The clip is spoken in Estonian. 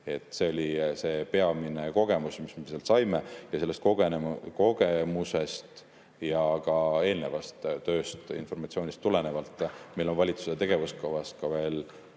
See oli see peamine kogemus, mis me sealt saime. Sellest kogemusest ja ka eelnevast tööst, informatsioonist tulenevalt meil on valitsuse tegevuskavas ülesanne